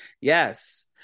Yes